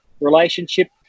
relationship